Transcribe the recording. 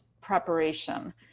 preparation